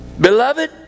Beloved